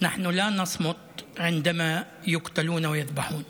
אנחנו לא נשתוק כאשר הורגים אותנו וטובחים בנו).